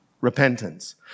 repentance